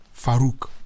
Farouk